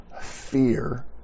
Fear